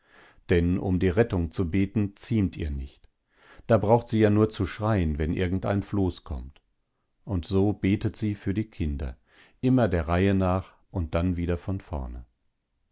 denn um die rettung zu beten ziemt ihr nicht da braucht sie ja nur zu schreien wenn irgendein floß kommt und so betet sie für die kinder immer der reihe nach und dann wieder von vorne